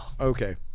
Okay